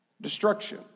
destruction